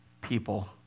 people